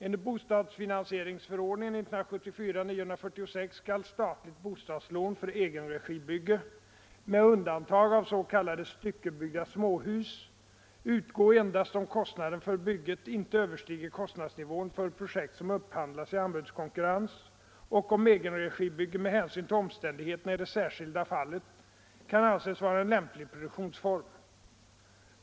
Enligt bostadsfinansieringsförordningen skall statligt bostadslån för egenregibygge, med undantag av s.k. styckebyggda småhus, utgå endast om kostnaden för bygget inte överstiger kostnadsnivån för projekt som upphandlats i anbudskonkurrens och om egenregibygge med hänsyn till omständigheterna i det särskilda fallet kan anses vara en lämplig produktionsform.